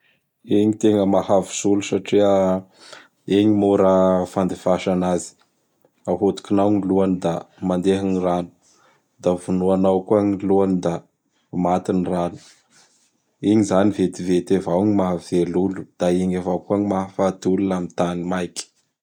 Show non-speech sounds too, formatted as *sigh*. Igny gn tena mahavotsy olo satria *noise* igny mora gny fandefasa anazy. Ahodikinao gn lohany da mandeha gny rano. Da vonoanao koa gny lohany da maty n rano. Igny izany vetivety avao gny mahavelo olo; da igny avao koa gny mahafaty olo laha amin' gny tany maiky. *noise*